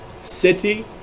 city